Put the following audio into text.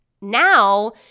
Now